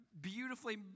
beautifully